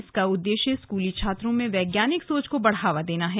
इसका उद्देश्य स्कूली छात्रों में वैज्ञानिक सोच को बढ़ावा देना है